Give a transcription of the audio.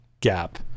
gap